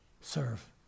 Serve